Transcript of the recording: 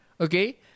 okay